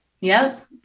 Yes